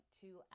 two